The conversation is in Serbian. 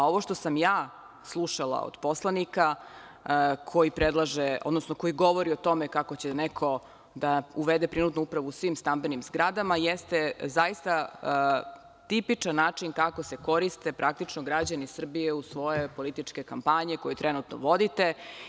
Ovo što sam ja slušala od poslanika, koji govori o tome kako će neko da uvede prinudnu upravu u svim stambenim zgradama, jeste zaista tipičan način kako se koriste praktično građani Srbije u svoje političke kampanje koje trenutno vodite.